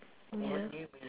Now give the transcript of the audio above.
ya